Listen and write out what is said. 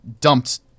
dumped